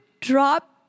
drop